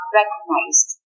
recognized